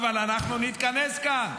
אבל אנחנו נתכנס כאן.